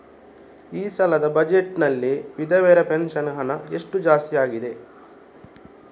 ಈ ಸಲದ ಬಜೆಟ್ ನಲ್ಲಿ ವಿಧವೆರ ಪೆನ್ಷನ್ ಹಣ ಎಷ್ಟು ಜಾಸ್ತಿ ಆಗಿದೆ?